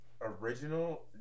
Original